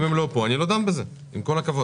אם הם לא פה אני לא דן בזה, עם כל הכבוד.